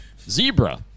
Zebra